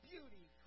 beauty